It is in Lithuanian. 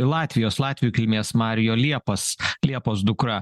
latvijos latvių kilmės mario liepas liepos dukra